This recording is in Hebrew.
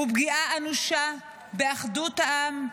הוא פגיעה אנושה באחדות העם,